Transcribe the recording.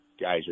guys